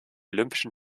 olympischen